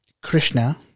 Krishna